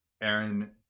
Aaron